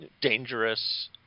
dangerous